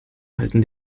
halten